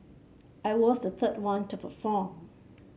I was the third one to perform